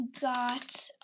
got